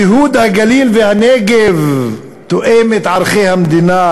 ייהוד הגליל והנגב תואם את ערכי המדינה,